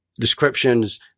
descriptions